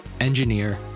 engineer